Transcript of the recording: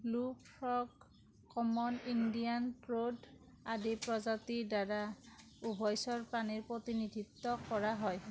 বুল frog common Indian ট্ৰড আদি প্ৰজাতিৰ দ্বাৰা উভচৰ প্ৰাণীৰ প্ৰতিনিধিত্ব কৰা হয়